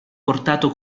portato